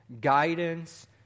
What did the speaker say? guidance